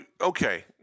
okay